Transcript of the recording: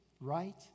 right